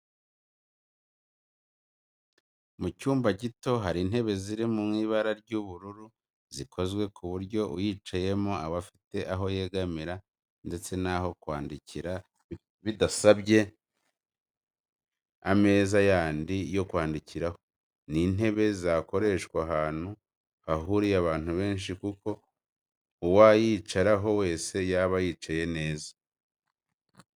Mu cyumba gito hari intebe ziri mu ibara ry'ubururu zikozwe ku buryo uyicayeho aba afite aho yegamira ndetse n'aho kwandikira bidasabye ameza yandi yo kwandikiraho. Ni intebe zakoreshwa ahantu hahuriye abantu benshi kuko uwayicaraho wese yaba yicaye neza